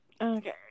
Okay